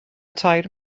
tair